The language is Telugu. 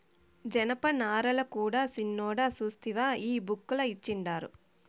జనపనారల కూడా సిన్నోడా సూస్తివా ఈ బుక్ ల ఇచ్చిండారు